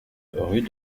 rue